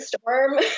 storm